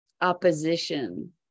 opposition